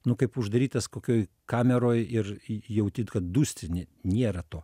nu kaip uždarytas kokioj kameroj ir jauti kad dūsti nėra to